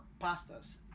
pastas